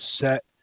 set